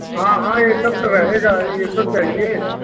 हाँ हाँ ये सब तो रहेगा ही ये तो चाहिए